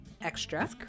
extra